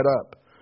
up